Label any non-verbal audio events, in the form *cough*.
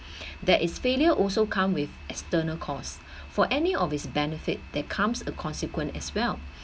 *breath* that is failure also come with external cost *breath* for any of its benefit that comes a consequence as well